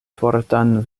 fortan